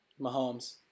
Mahomes